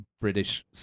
British